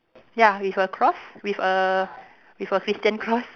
ya with a cross with a with a Christian cross